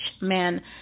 man